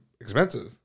Expensive